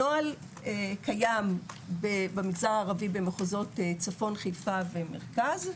הנוהל קיים במגזר הערבי במחוזות צפון, חיפה ומרכז,